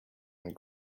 and